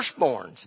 firstborns